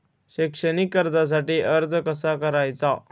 शैक्षणिक कर्जासाठी अर्ज कसा करायचा?